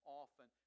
often